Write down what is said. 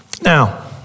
Now